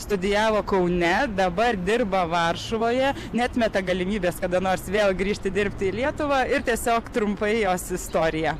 studijavo kaune dabar dirba varšuvoje neatmeta galimybės kada nors vėl grįžti dirbti į lietuvą ir tiesiog trumpai jos istorija